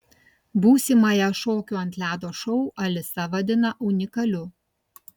būsimąją šokių ant ledo šou alisa vadina unikaliu